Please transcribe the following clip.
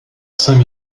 saint